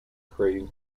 creating